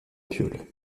piaule